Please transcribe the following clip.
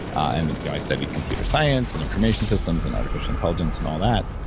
and yeah i studied computer science and information systems, and artificial intelligence and all that.